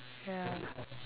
ya